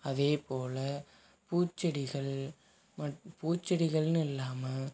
அதேபோல் பூச்செடிகள் மட் பூச்செடிகள்னு இல்லாமல்